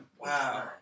Wow